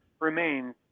remains